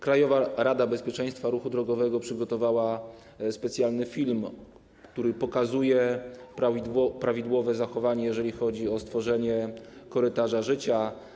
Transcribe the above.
Krajowa Rada Bezpieczeństwa Ruchu Drogowego przygotowała specjalny film, który pokazuje prawidłowe zachowanie, jeżeli chodzi o tworzenie korytarza życia.